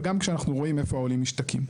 וגם כשאנחנו רואים איפה העולים משתקעים.